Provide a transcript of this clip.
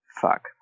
Fuck